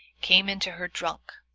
came in to her drunk.